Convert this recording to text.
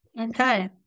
Okay